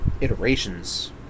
iterations